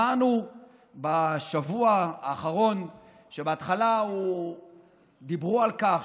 שמענו בשבוע האחרון שבהתחלה דיברו על כך,